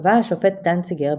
קבע השופט דנציגר,